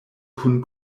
kun